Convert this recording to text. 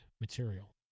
material